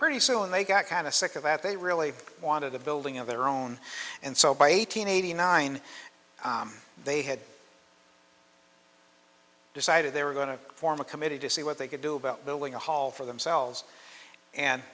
pretty soon they got kind of sick of that they really wanted a building of their own and so by eight hundred eighty nine they had decided they were going to form a committee to see what they could do about building a hall for themselves and